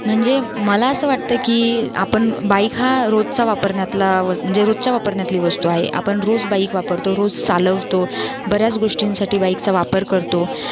म्हणजे मला असं वाटतं की आपण बाईक हा रोजचा वापरण्यातला व म्हणजे रोजचा वापरण्यातली वस्तू आहे आपण रोज बाईक वापरतो रोज चालवतो बऱ्याच गोष्टींसाठी बाईकचा वापर करतो